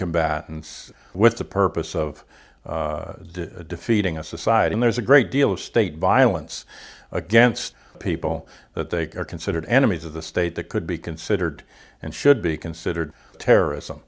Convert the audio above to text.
combatants with the purpose of defeating a society there's a great deal of state violence against people that they are considered enemies of the state that could be considered and should be considered terrorism